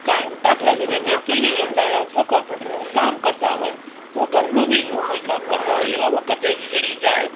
car દાખલા તરીકે TV જોતા હોય અથવા કમ્પ્યુટરમાં કામ કરતા હોય અથવા ઘરનું બીજું કોઈ કામ કરતા હોય એવા વખતે વીજળી જાય